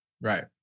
right